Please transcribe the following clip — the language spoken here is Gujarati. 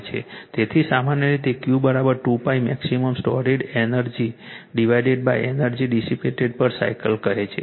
તેથી સામાન્ય રીતે Q 2𝜋 maximum stored energy divided energy dissipated પર સાયકલ કહે છે